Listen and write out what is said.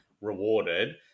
rewarded